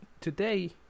today